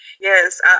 Yes